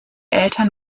eltern